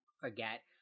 forget